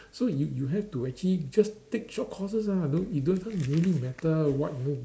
so you you have to actually just take short courses ah don't you don't doesn't really matter what you know